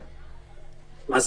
מה?